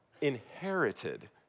inherited